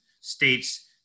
states